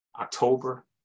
October